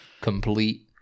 complete